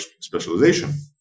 specialization